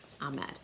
Ahmed